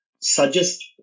suggest